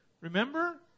Remember